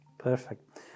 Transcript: Perfect